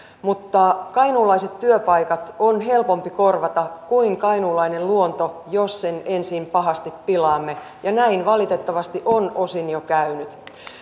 mutta kainuulaiset työpaikat on helpompi korvata kuin kainuulainen luonto jos sen ensin pahasti pilaamme ja näin valitettavasti on osin jo käynyt